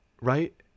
right